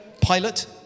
Pilot